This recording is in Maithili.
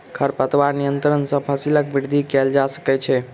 खरपतवार नियंत्रण सॅ फसीलक वृद्धि कएल जा सकै छै